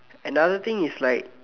another thing is like